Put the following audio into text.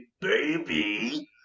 baby